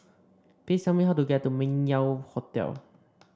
please tell me how to get to Meng Yew Hotel